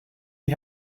you